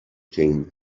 king